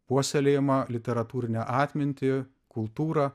puoselėjamą literatūrinę atmintį kultūrą